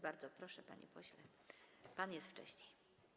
Bardzo proszę, panie pośle, to pan jest wcześniej.